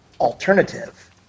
alternative